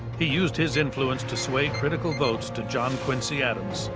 he used his influence to sway critical votes to john quincy adams,